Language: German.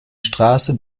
straße